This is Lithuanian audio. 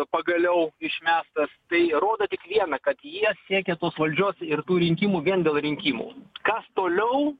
pagaliau išmestas tai rodo tik viena kad jie siekia tos valdžios ir tų rinkimų vien dėl rinkimų kas toliau